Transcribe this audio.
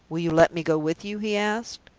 will you let me go with you? he asked.